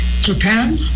Japan